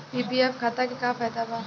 PPF खाता के का फायदा बा?